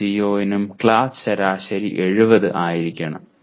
ഓരോ CO നും class ശരാശരി 70 ആയിരിക്കണം